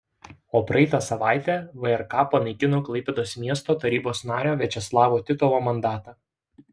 o praeitą savaitę vrk panaikino klaipėdos miesto tarybos nario viačeslavo titovo mandatą